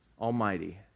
Almighty